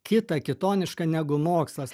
kitą kitoniška negu mokslas